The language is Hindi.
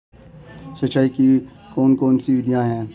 सिंचाई की कौन कौन सी विधियां हैं?